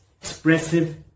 expressive